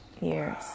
years